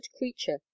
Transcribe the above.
creature